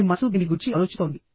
మీ మనసు దేని గురించి ఆలోచిస్తోంది